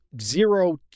zero